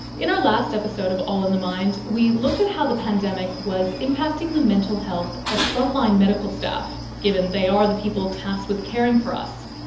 in our last episode of all in the mind we looked at how the pandemic was impacting the mental health of frontline medical staff, given they are the people tasked with caring for us.